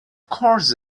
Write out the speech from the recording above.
course